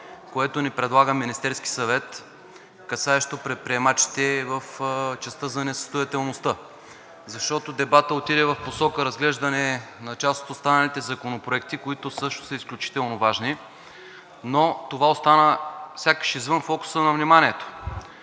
което ни предлага Министерският съвет, касаещо предприемачите в частта за несъстоятелността. Защото дебатът отиде в посока разглеждане на част от останалите законопроекти, които всъщност са изключително важни, а това остана сякаш извън фокуса на вниманието.